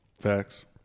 Facts